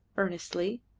earnestly,